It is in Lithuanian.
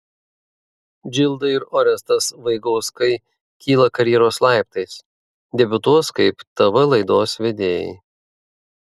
džilda ir orestas vaigauskai kyla karjeros laiptais debiutuos kaip tv laidos vedėjai